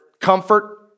Comfort